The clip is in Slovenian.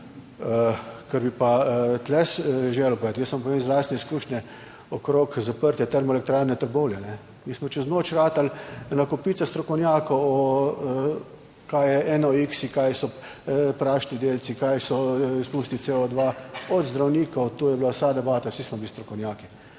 kar bi pa tu želel povedati, jaz vam povem iz lastne izkušnje okrog zaprtja Termoelektrarne Trbovlje, mi smo čez noč ratali ena kopica strokovnjakov kaj je eno x in kaj so prašni delci, kaj so izpusti CO2, od zdravnikov, to je bila vsa debata. Vsi smo bili strokovnjaki.